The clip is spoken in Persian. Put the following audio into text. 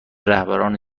رهبران